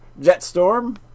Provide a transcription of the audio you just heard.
Jetstorm